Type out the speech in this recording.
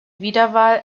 wiederwahl